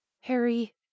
Harry